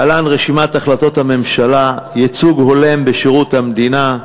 להלן רשימת החלטות הממשלה: ייצוג הולם בשירות המדינה,